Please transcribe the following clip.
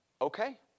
okay